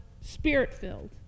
spirit-filled